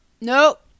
nope